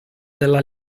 della